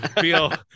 feel